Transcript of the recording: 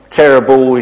terrible